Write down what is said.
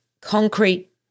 concrete